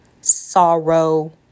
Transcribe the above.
sorrow